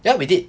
ya we did